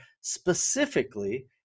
specifically